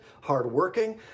hardworking